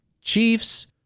Chiefs